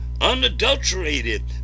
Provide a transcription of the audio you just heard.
unadulterated